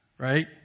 Right